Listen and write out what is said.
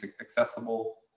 accessible